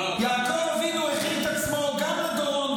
לא --- יעקב אבינו הכין את עצמו גם לדורון,